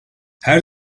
her